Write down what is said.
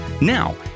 Now